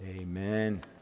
amen